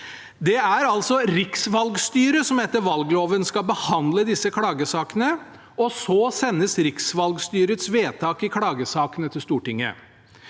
riksvalgstyret som etter valgloven skal behandle disse klagesakene, og så sendes riksvalgstyrets vedtak i klagesakene til Stortinget.